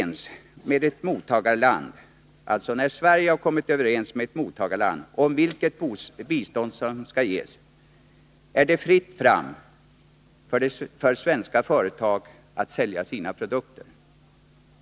När Sverige har kommit överens med ett mottagarland om vilket bistånd som skall ges, är det fritt fram för svenska företag att sälja sina produkter.